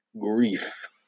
grief